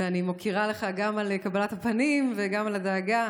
ואני מוקירה אותך גם על קבלת הפנים וגם על הדאגה.